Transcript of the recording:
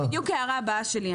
זו בדיוק ההערה הבאה שלי.